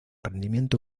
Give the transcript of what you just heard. rendimiento